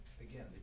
again